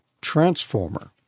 Transformer